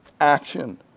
action